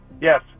Yes